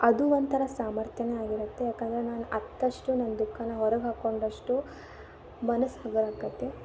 ಅದೂ ಒಂಥರ ಸಾಮರ್ತ್ಯವೇ ಆಗಿರುತ್ತೆ ಯಾಕಂದ್ರೆ ನಾನು ಅತ್ತಷ್ಟು ನನ್ನ ದುಃಖನ ಹೊರಗೆ ಹಾಕ್ಕೊಂಡಷ್ಟು ಮನಸ್ಸು ಹಗುರಾಕೈತಿ